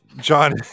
John